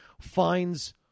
Finds